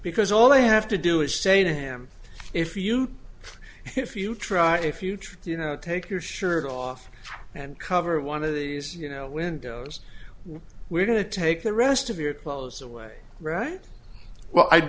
because all they have to do is say to him if you if you try a future you know take your shirt off and cover one of these you know windows well we're going to take the rest of your clothes away right well i